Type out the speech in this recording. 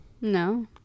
No